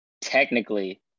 technically